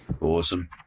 awesome